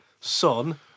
Son